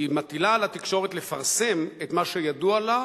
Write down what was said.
היא מטילה על התקשורת לפרסם את מה שידוע לה,